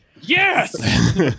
Yes